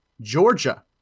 Georgia